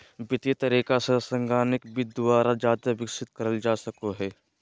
वित्तीय तरीका से संगणकीय वित्त द्वारा जादे विकसित करल जा सको हय